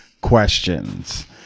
questions